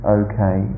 okay